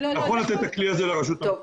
נכון לתת את הכלי הזה לרשות המקומית.